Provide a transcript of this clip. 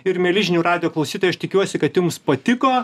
ir mieli žinių radijo klausytojai aš tikiuosi kad jums patiko